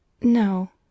No